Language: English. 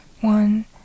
one